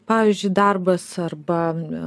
pavyzdžiui darbas arba